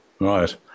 Right